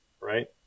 right